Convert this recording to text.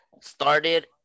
started